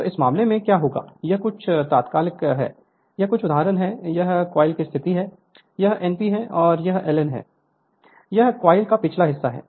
तो इस मामले में क्या होगा यह कुछ तात्कालिक है यह कुछ उदाहरण है यह कॉइल की स्थिति है यह N p है और यह L N है यह कॉइल का पिछला हिस्सा है